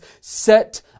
set